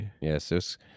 Yes